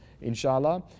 inshallah